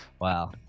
Wow